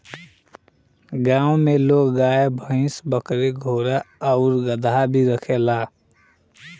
गांव में लोग गाय, भइस, बकरी, घोड़ा आउर गदहा भी रखेला